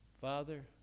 Father